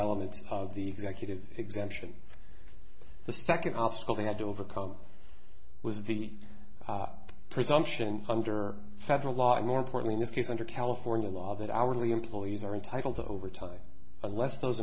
elements of the executive exemption the second obstacle they had to overcome was the presumption under federal law and more importantly this case under california law that hourly employees are entitled to overtime unless those